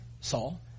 Saul